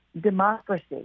democracy